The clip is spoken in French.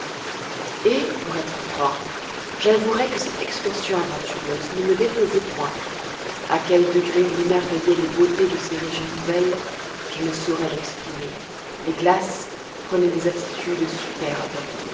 et pour être franc j'avouerai que cette excursion aventureuse ne me déplaisait point a quel degré m'émerveillaient les beautés de ces régions nouvelles je ne saurais l'exprimer les glaces prenaient des attitudes superbes